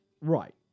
Right